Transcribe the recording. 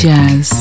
Jazz